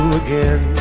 again